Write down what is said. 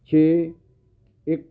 ਛੇ ਇੱਕ